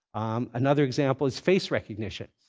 another example is face recognition.